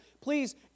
please